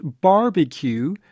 barbecue